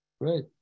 Great